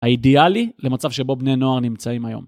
האידיאלי למצב שבו בני נוער נמצאים היום.